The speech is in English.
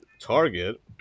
Target